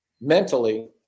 mentally